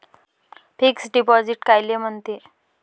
Fix deposit कायले म्हनते?